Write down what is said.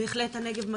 בהחלט הנגב,